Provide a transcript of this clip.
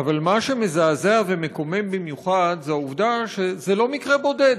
אבל מה שמזעזע ומקומם במיוחד זה העובדה שזה לא מקרה בודד.